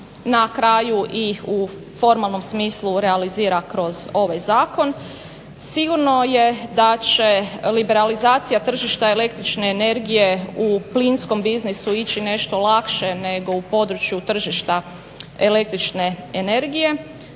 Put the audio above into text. na kraju i u formalnom smislu realizira kroz ovaj zakon. Sigurno je da će liberalizacija tržišta električne energije u plinskom biznisu ići nešto lakše nego u području tržišta električne energije,